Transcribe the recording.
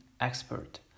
expert